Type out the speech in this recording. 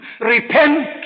Repent